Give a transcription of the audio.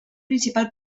principal